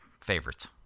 favorites